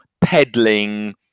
peddling